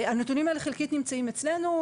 הנתונים האלה חלקית נמצאים אצלנו.